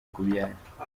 kubyara